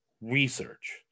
research